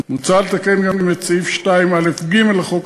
מוצע לתקן גם את סעיף 2א(ג) לחוק,